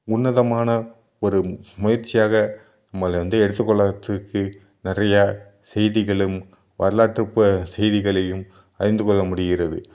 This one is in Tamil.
உன்னதனமான ஒரு முயற்சியாக நம்ம வந்து எடுத்துக்கொள்வதற்கு நிறையா செய்திகளும் வரலாற்று ப செய்திகளையும் அறிந்துக்கொள்ள முடிகிறது